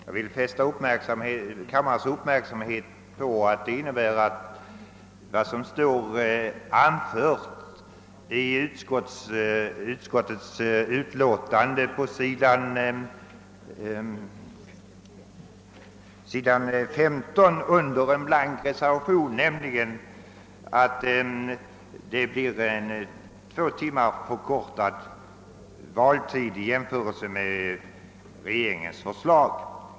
Jag vill fästa kammarens uppmärksamhet på att ett bifall till båda dessa reservationer innebär — Ssåsom står att läsa strax under en blank reservation på s. 15 i utskottets utlåtande — att valtiden blir två timmar kortare än vad som föreslås i propositionen.